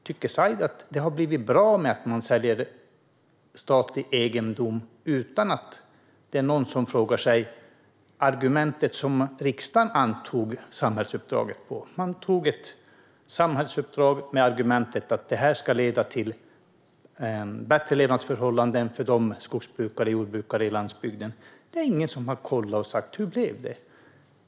Tycker Said att det har blivit bra med den utförsäljningen, som ju har skett utan att någon frågat sig om detta verkligen lever upp till det samhällsuppdrag som riksdagen antagit om bättre levnadsförhållanden för skogsbrukare och jordbrukare på landsbygden? Ingen har ju kollat hur det blev.